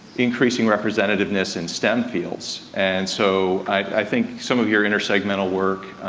increasing representativeness in stem fields, and so i think some of your intersegmental work,